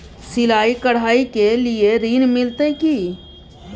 सिलाई, कढ़ाई के लिए ऋण मिलते की?